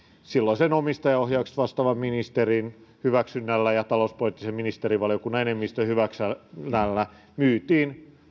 silloisen omistajaohjauksesta vastaavan ministerin hyväksynnällä ja talouspoliittisen ministerivaliokunnan enemmistön hyväksynnällä myytiin